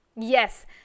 yes